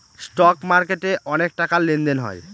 stock মার্কেটে অনেক টাকার লেনদেন হয়